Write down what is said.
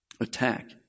attack